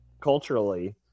culturally